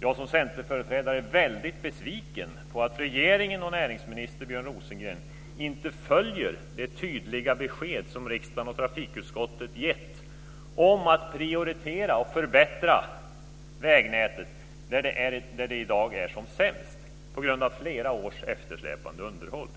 är väldigt besviken över att regeringen och näringsminister Björn Rosengren inte följer det tydliga besked som riksdagen och trafikutskottet gett om att prioritera och förbättra vägnätet där det i dag är som sämst på grund av flera års eftersläpande underhåll.